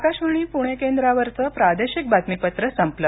आकाशवाणी पुणे केंद्रावरचं प्रादेशिक बातमीपत्र संपलं